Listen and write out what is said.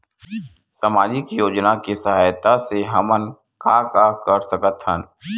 सामजिक योजना के सहायता से हमन का का कर सकत हन?